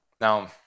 Now